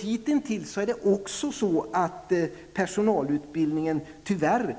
Hitintills har personalutbildning tyvärr